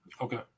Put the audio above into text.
Okay